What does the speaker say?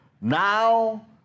Now